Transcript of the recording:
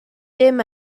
dim